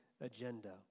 agenda